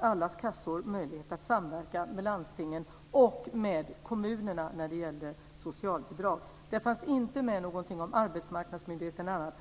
alla kassors möjlighet att samverka med landstingen och med kommunerna när det gäller socialbidrag. Det fanns inte med någonting om Arbetsmarknadsmyndigheten eller annat.